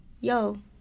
yo